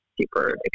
super